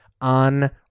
on